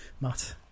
Matt